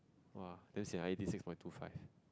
!wah! damn sia I eighty six point two five